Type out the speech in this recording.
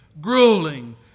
grueling